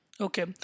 Okay